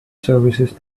services